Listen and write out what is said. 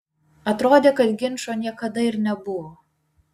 atrodė kad ginčo niekada ir nebuvo